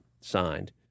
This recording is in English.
signed